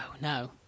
no